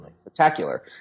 spectacular